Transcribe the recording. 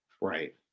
right